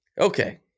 Okay